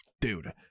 dude